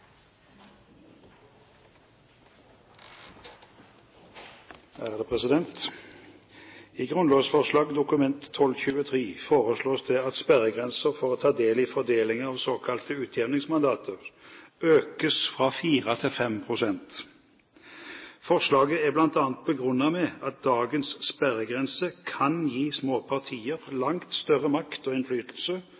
I grunnlovsforslaget i Dokument nr. 12:23 for 2007–2008 foreslås det at sperregrensen for å ta del i fordelingen av såkalte utjevningsmandater økes fra 4 til 5 pst. Forslaget er bl.a. begrunnet med at dagens sperregrense kan gi små partier